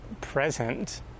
present